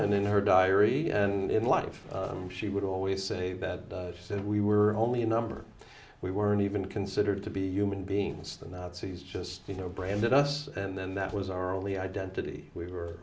in her diary and in life she would always say that she said we were only a number we weren't even considered to be human beings the nazis just you know branded us and then that was our only identity we were